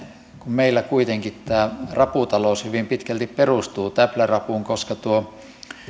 kun meillä kuitenkin tämä raputalous hyvin pitkälle perustuu täplärapuun koska tuo